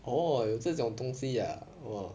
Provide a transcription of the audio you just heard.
oh 有这种东西 ah orh